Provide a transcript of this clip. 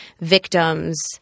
victims